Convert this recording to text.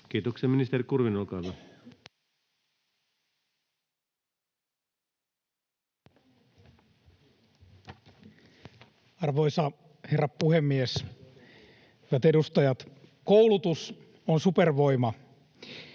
Kiitoksia. — Ministeri Kurvinen, olkaa hyvä. Arvoisa herra puhemies, hyvät edustajat! Koulutus on supervoima,